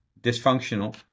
dysfunctional